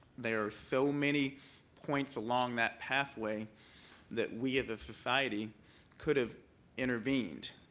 there are so many points along that pathway that we as a society could have intervened.